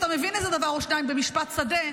אתה מבין איזה דבר או שניים במשפט שדה,